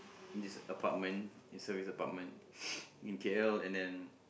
this apartment this service apartment in K_L and then